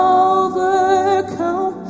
overcome